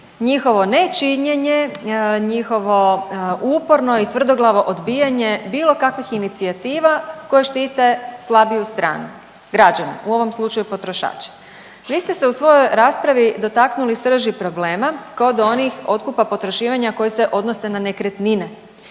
njihovo nečinjenje, njihovo uporno i tvrdoglavo odbijanje bilo kakvih inicijativa koje štite slabiju stranu. Građane, u ovom slučaju potrošače. Vi ste se u svojoj raspravi dotaknuli srži problema kod onih otkupa potraživanja koji se odnose na nekretnine